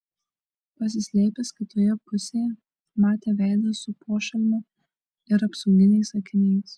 pasislėpęs kitoje pusėje matė veidą su pošalmiu ir apsauginiais akiniais